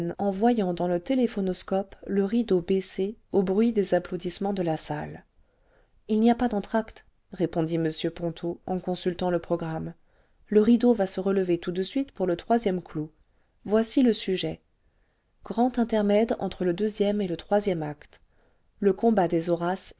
en voyant dans le téléphonoscope le rideau baisser au bruit des applaudissements de la salle h n'y a pas d'entr'acte répondit m ponto en consultant le programme programme rideau va se relever tout de suite pour le e clou voici le sujet grand intermède entre le e et le e acte le combat des horaces